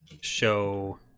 show